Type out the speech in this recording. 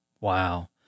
Wow